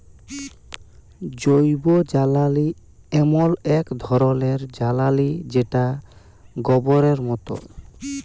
জৈবজ্বালালি এমল এক ধরলের জ্বালালিযেটা গবরের মত